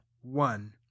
one